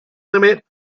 limit